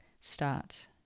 Start